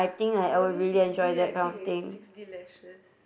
the only six D I think is six D lashes